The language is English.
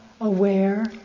aware